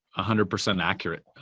a hundred percent accurate.